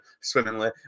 swimmingly